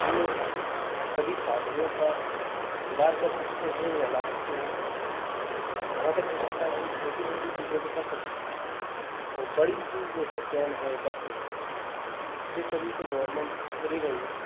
इन सभी साधनों का सुधार कर सकते हैं या ला सकते हैं जहाँ तक हो सकता है हम छोटी छोटी चीज़ें तो कर सकते हैं और बड़ी चीज़ जैसे ट्रेन हैं बस हैं यह सभी तो गोरमेंट कर ही रही है